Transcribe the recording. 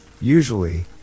Usually